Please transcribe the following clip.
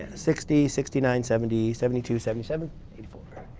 and sixty, sixty nine, seventy, seventy two, seventy seven, eighty four.